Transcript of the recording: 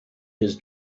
his